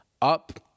up